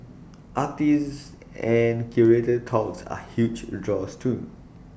artist and curator talks are huge draws too